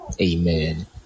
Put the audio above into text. Amen